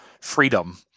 freedom